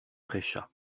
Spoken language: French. prêcha